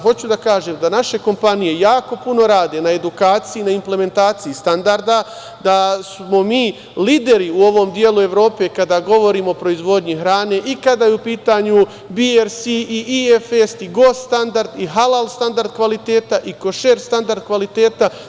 Hoću da kažem da naše kompanije jako puno rade na edukaciji, na implementaciji standarda, da smo mi lideri u ovom delu Evrope kada govorimo o proizvodnji hrane i kada je u pitanju BRS, IFS i halal standard kvaliteta i košer standard kvaliteta.